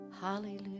Hallelujah